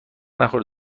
نخور